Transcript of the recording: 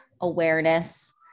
awareness